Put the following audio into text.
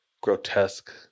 grotesque